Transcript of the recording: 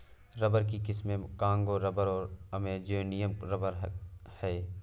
rubber की किस्में Congo rubber और अमेजोनियन रबर हैं